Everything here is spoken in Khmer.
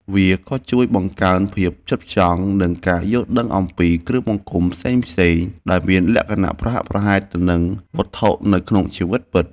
វាក៏ជួយបង្កើនភាពផ្ចិតផ្ចង់ និងការយល់ដឹងអំពីគ្រឿងបង្គុំផ្សេងៗដែលមានលក្ខណៈប្រហាក់ប្រហែលទៅនឹងវត្ថុនៅក្នុងជីវិតពិត។